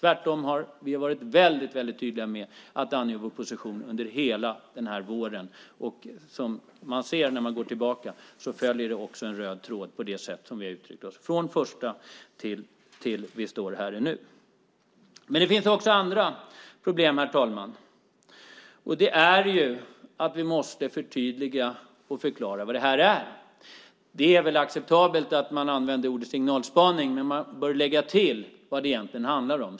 Vi har tvärtom varit väldigt tydliga med att ange vår position under hela våren. Och när man går tillbaka ser man att det sätt som vi har uttryckt oss på följer en röd tråd, från första stund fram till nu. Det finns också andra problem, herr talman. Vi måste förtydliga och förklara vad detta är. Det är väl acceptabelt att man använder ordet signalspaning, men man bör lägga till vad det egentligen handlar om.